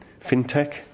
fintech